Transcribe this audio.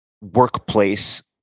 workplace